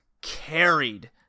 carried